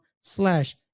slash